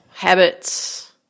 Habits